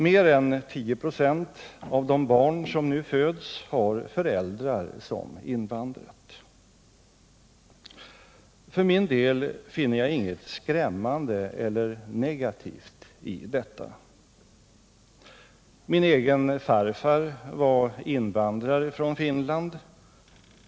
Mer än 10 96 av de barn som nu föds har föräldrar som invandrat. För min del finner jag inget skrämmande eller negativt i detta. Min egen farfar var invandrare från Finland.